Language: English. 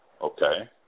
Okay